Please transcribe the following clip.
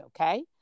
okay